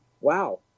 Wow